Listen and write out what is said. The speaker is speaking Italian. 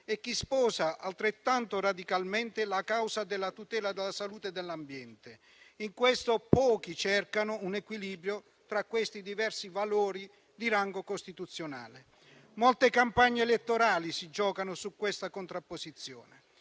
e chi sposa, altrettanto radicalmente, la causa della tutela della salute e dell'ambiente. In tale contesto, pochi cercano un equilibrio tra questi diversi valori di rango costituzionale e molte campagne elettorali si giocano su questa contrapposizione.